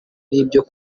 n’ibyo